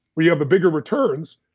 where you have the bigger returns,